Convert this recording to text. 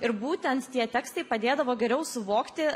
ir būtent tie tekstai padėdavo geriau suvokti